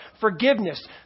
Forgiveness